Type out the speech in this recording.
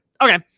Okay